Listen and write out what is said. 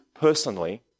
personally